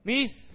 Miss